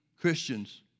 Christians